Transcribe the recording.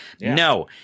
No